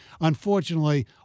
Unfortunately